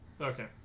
Okay